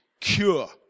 cure